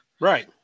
Right